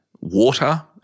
water